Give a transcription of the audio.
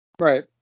Right